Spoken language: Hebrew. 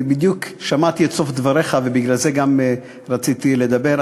אני בדיוק שמעתי את סוף דבריך ובגלל זה רציתי לדבר.